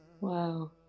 Wow